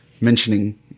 mentioning